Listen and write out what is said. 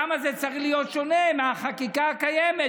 למה זה צריך להיות שונה מהחקיקה הקודמת